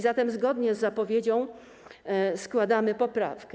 Zatem zgodnie z zapowiedzią składamy poprawkę.